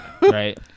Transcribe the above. Right